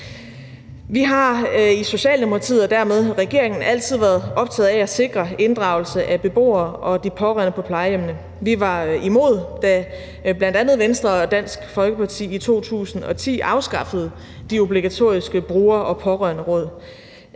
Vi har i Socialdemokratiet og dermed i regeringen altid været optaget af at sikre inddragelse af beboere og de pårørende på plejehjemmene. Vi var imod, da bl.a. Venstre og Dansk Folkeparti i 2010 afskaffede de obligatoriske bruger- og pårørenderåd.